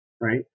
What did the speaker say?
right